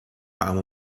عمو